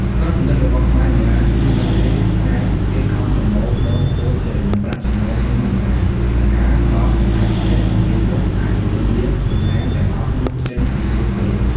ផ្នត់គំនិតរបស់ខ្មែរបុរាណគឺ នៅពេលថ្ងៃគេខំប្រមូលផ្តុំពរជ័យនិងប្រាក់ចំណូលពេញមួយថ្ងៃ ហើយការបោសសំអាតផ្ទះនៅពេលយប់អាចបណ្ដេញលាភសំណាងទាំងអស់នោះចេញពីពួកគេ។